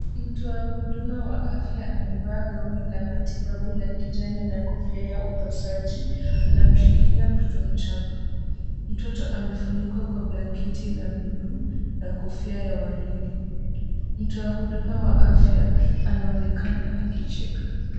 Mtoa huduma wa afya amevaa gauni la matibabu la kijani na kofia ya upasuaji. Anamshikilia mtoto mchanga. Mtoto amefunikwa kwa blanketi la buluu na kofia ya waridi. Mtoa huduma wa afya anaonekana akicheka.